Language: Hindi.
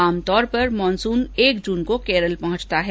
आमतौर पर मानसून एक जून को केरल पहुंचता है